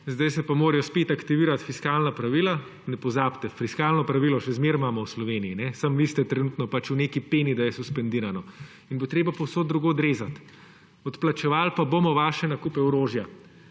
da se morajo spet aktivirati fiskalna pravila. Ne pozabite, fiskalno pravilo še zmeraj imamo v Sloveniji, samo vi ste trenutno pač v neki peni, da je suspendirano, in bo treba povsod drugod rezati. Odplačevali pa bomo vaše nakupe orožja,